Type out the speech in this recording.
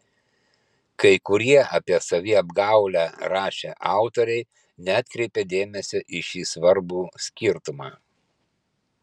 kai kurie apie saviapgaulę rašę autoriai neatkreipė dėmesio į šį svarbų skirtumą